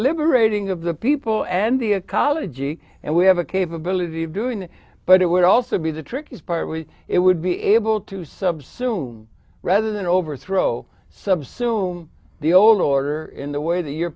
liberating of the people and the ecology and we have a capability of doing that but it would also be the trickiest part we it would be able to subsume rather than overthrow subsume the old order in the way th